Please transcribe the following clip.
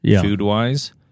food-wise